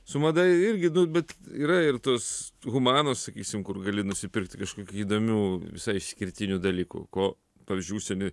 su mada irgi nu bet yra ir tos humanos sakysim kur gali nusipirkti kažkokių įdomių visai išskirtinių dalykų ko pavyzdžiui užsienyj